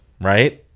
right